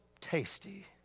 tasty